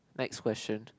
next question